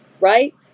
right